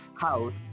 House